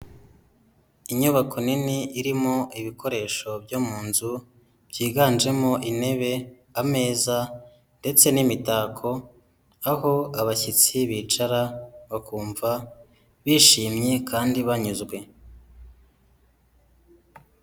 Inyubako nini irimo ibikoresho byo mu nzu, byiganjemo intebe, ameza, ndetse n'imitako. Aho abashyitsi bicara bakumva bishimye kandi banyuzwe.